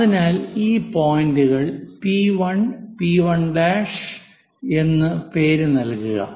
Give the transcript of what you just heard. അതിനാൽ ഈ പോയിന്റുകൾക്ക് പി 1 പി 1' P1 P1' എന്ന് പേര് നൽകുക